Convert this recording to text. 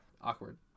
Awkward